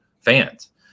fans